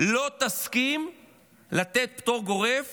לא תסכים לתת פטור גורף